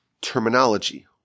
terminology